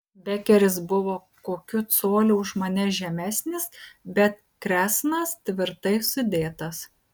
bekeris buvo kokiu coliu už mane žemesnis bet kresnas tvirtai sudėtas